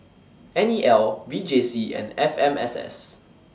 N E L V J C and F M S S